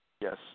Yes